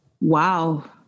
wow